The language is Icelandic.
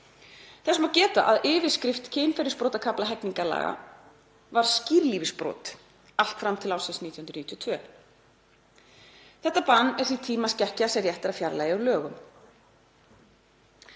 Þess má geta að yfirskrift kynferðisbrotakafla hegningarlaga var skírlífisbrot allt fram til ársins 1992. Þetta bann er því tímaskekkja sem rétt er að fjarlægja úr lögum.